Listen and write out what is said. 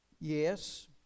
Yes